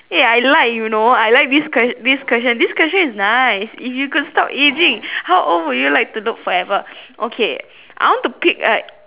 eh I like you know I like this quest~ this question this question is nice if you could stop ageing how old would you like to look forever okay I want to pick a